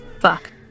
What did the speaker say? fuck